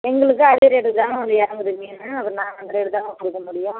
எங்களுக்கு அதே ரேட்டுக்குதாங்க வந்து இறங்குது மீனு அப்புறம் நாங்க அந்த ரேட்டுக்குதாங்க கொடுக்க முடியும்